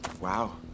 Wow